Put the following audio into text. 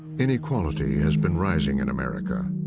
inequality has been rising in america.